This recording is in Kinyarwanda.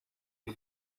iyi